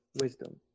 wisdom